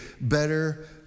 better